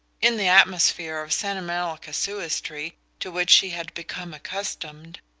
in the atmosphere of sentimental casuistry to which she had become accustomed,